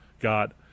God